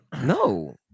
no